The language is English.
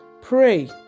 Pray